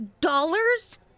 Dollars